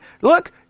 Look